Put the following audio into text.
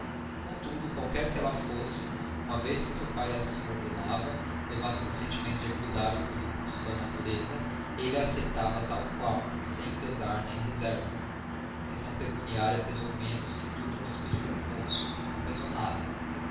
contudo qualquer que ela fosse uma vez que seu pai assim o ordenava levado por sentimentos de eqüidade ou impulsos da natureza ele a aceitava tal qual sem pesar nem reserva a questão pecuniária pesou menos que tudo no espírito do moço não pesou nada